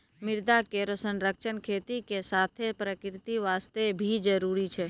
मृदा केरो संरक्षण खेती के साथें प्रकृति वास्ते भी जरूरी छै